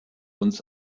uns